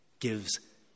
Gives